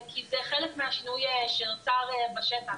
כי זה חלק מהשינוי שנוצר בשטח,